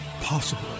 possible